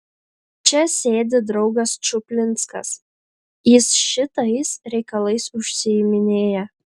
čia sėdi draugas čuplinskas jis šitais reikalais užsiiminėja